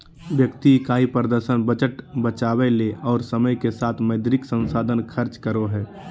व्यक्ति इकाई प्रदर्शन बजट बचावय ले और समय के साथ मौद्रिक संसाधन खर्च करो हइ